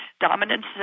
dominance